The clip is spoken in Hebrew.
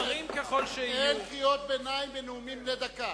אין קריאות ביניים בנאומים בני דקה.